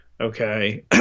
okay